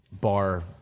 Bar